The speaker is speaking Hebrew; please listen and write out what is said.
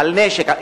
למשל של נשק.